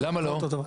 למה לא?